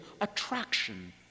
attraction